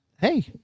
hey